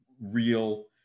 real